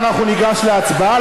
אנחנו ניגש להצבעה.